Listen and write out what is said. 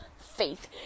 faith